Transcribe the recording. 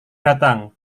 datang